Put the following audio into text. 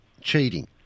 cheating